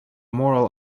moral